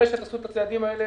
ברש"ת עשו את הצעדים האלה.